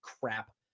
crap